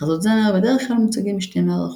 מחזות זמר בדרך כלל מוצגים בשתי מערכות,